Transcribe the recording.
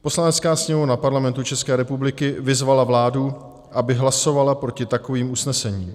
Poslanecká sněmovna Parlamentu České republiky vyzvala vládu, aby hlasovala proti takovým usnesením.